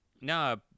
No